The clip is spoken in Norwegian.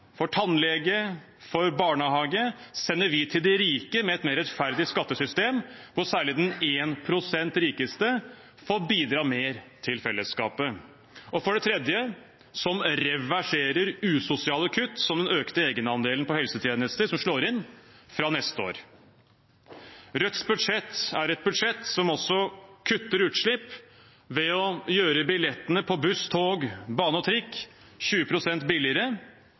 for tannlege og barnehage sender vi til de rike, med et mer rettferdig skattesystem hvor særlig de 1 pst. rikeste får bidra mer til fellesskapet. For det tredje reverserer det usosiale kutt – som den økte egenandelen på helsetjenester, som slår inn fra neste år. Rødts budsjett er et budsjett som også kutter utslipp ved å gjøre billettene på buss, tog, bane og trikk 20 pst. billigere,